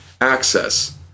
access